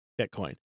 Bitcoin